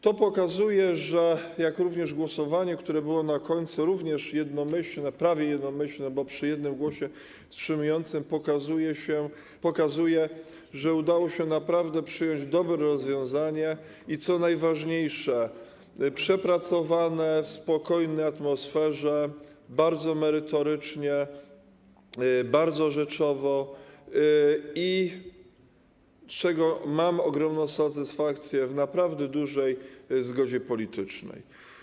To pokazuje, jak również głosowanie, które było na końcu, również jednomyślne, prawie jednomyślne, bo przy 1 głosie wstrzymującym się, pokazuje, że udało się przyjąć naprawdę dobre rozwiązanie, a co najważniejsze, przepracowane w spokojnej atmosferze, bardzo merytorycznie, bardzo rzeczowo i, z czego mam ogromną satysfakcję, w naprawdę dużej zgodzie politycznej.